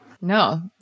No